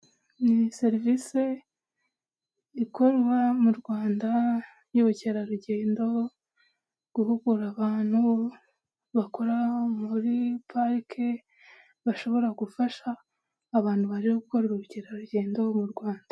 Ni serivisi ikorwa mu rwanda y'ubukerarugendo guhugura abantu bakora muri parike bashobora gufasha abantu baje gukora ubukerarugendo mu rwanda.